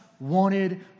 wanted